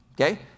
okay